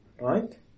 right